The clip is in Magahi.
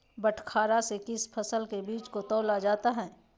बटखरा से किस फसल के बीज को तौला जाता है?